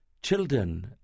Children